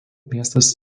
miestas